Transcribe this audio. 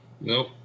Nope